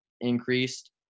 increased